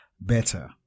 better